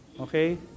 okay